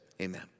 amen